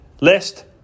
List